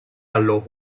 allo